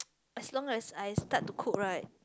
as long as I start to cook right